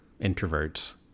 introverts